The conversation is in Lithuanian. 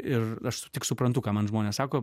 ir aš tik suprantu ką man žmonės sako